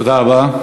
תודה רבה.